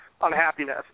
unhappiness